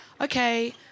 okay